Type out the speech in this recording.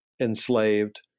enslaved